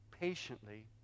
patiently